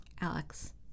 Alex